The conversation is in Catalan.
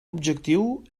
objectiu